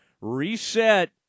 reset